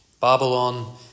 Babylon